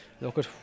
Look